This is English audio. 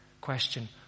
Question